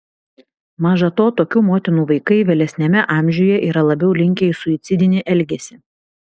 maža to tokių motinų vaikai vėlesniame amžiuje yra labiau linkę į suicidinį elgesį